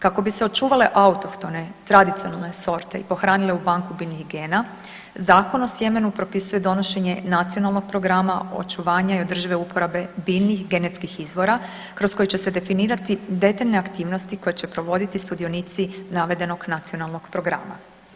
Kako bi se očuvale autohtone tradicionalne sorte i pohranile u Banku biljnih gena, Zakon o sjemenu propisuje donošenje nacionalnog programa očuvanja i održive uporabe biljnih genetskih izvora kroz koji će se definirati detaljne aktivnosti koje će provoditi sudionici navedenog nacionalnog programa.